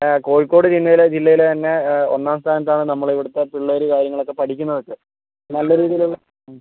കോഴിക്കോട് ജില്ലയിലെ ജില്ലയിലെ തന്നെ ഒന്നാം സ്ഥാനത്താണ് നമ്മള ഇവിടുത്തെ പിള്ളേർ കാര്യങ്ങൾ ഒക്കെ പഠിക്കുന്നതൊക്കെ നല്ല രീതിയിൽ ഉള്ള